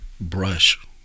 brush